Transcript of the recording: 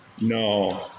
No